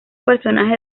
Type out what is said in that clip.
personajes